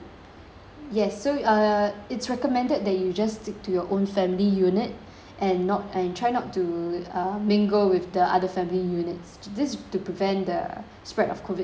yes so err it's recommended that you just stick to your own family unit and not and try not to uh mingle with the other family units this to prevent the spread of COVID nineteen